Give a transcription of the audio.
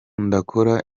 ndakora